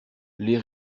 les